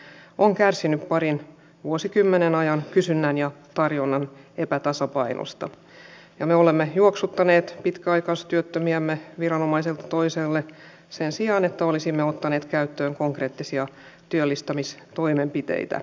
työmarkkinamme on kärsinyt parin vuosikymmenen ajan kysynnän ja tarjonnan epätasapainosta ja me olemme juoksuttaneet pitkäaikaistyöttömiämme viranomaiselta toiselle sen sijaan että olisimme ottaneet käyttöön konkreettisia työllistämistoimenpiteitä